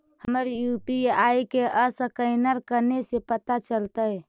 हमर यु.पी.आई के असकैनर कने से पता चलतै?